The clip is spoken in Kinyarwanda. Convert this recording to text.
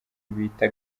bita